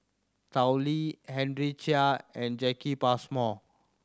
Tao Li Henry Chia and Jacki Passmore